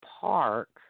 park